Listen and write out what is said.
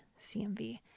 CMV